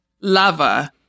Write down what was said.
lava